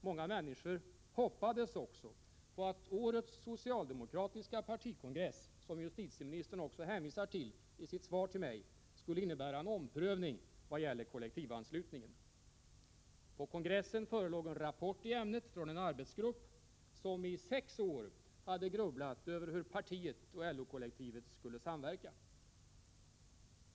Många människor hoppades också på att årets socialdemokratiska partikongress, som justitieministern också hänvisar till i sitt svar till mig, skulle innebära en omprövning vad gäller kollektivanslutningen. På kongressen förelåg en rapport i ämnet från en arbetsgrupp som i sex år hade grubblat över hur partiet och LO-kollektivet skall samverka.